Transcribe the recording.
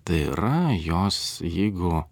tai yra jos jeigu